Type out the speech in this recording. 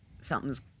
something's